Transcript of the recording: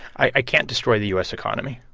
i can't destroy the u s. economy.